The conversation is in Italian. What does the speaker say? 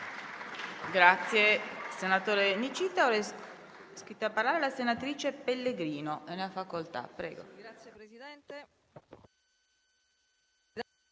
Grazie